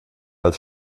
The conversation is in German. als